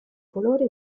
colore